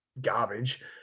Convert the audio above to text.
garbage